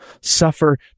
suffer